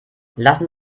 lassen